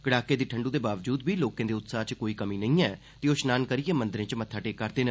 कड़ाके दी ठंडू दे बावजूद बी लोकें दे उत्साह च कोई कमी नेई ऐ ते ओ स्नान करिय मंदर्रे च मत्था टेका करदे न